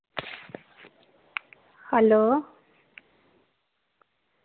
hello